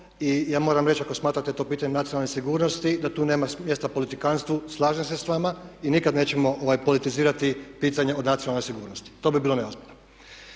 i ja moram reći ako smatrate to pitanjem nacionalne sigurnosti da tu nema mjesta politikantstvu, slažem se s vama i nikad nećemo politizirati pitanje od nacionalne sigurnosti. To bi bilo neozbiljno.